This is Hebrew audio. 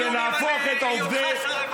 כי אני אתן גם לך ציונים, על היותך שר רווחה.